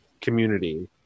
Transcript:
community